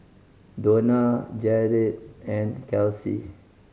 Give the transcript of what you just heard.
Dona Jaret and Kelsi